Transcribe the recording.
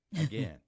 again